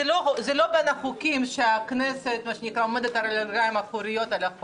זה לא חוק שבו הכנסת עומדת על הרגליים האחוריות.